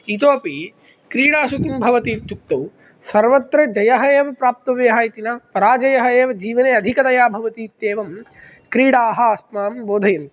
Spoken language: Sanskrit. इतोऽपि क्रीडासु किं भवति इत्युक्तौ सर्वत्र जयः एव प्राप्तव्यः इति न पराजयः एव जीवने अधिकतया भवति इत्येवं क्रीडाः अस्मान् बोधयन्ति